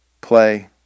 play